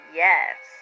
yes